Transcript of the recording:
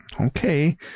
okay